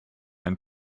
ein